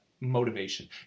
motivation